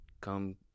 come